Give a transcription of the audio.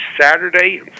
Saturday